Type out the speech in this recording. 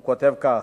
הוא כותב כך: